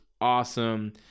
awesome